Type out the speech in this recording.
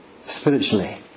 spiritually